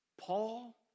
Paul